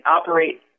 operate